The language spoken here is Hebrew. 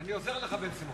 אני עוזר לך, בן-סימון.